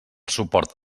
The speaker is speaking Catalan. suport